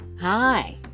Hi